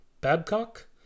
Babcock